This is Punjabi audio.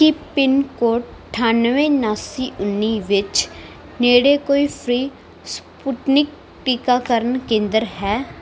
ਕੀ ਪਿੰਨਕੋਡ ਅਠਾਨਵੇਂ ਉਨਾਸੀ ਉੱਨੀ ਵਿੱਚ ਨੇੜੇ ਕੋਈ ਫ੍ਰੀ ਸਪੁਟਨਿਕ ਟੀਕਾਕਰਨ ਕੇਂਦਰ ਹੈ